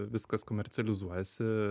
viskas komercializuojasi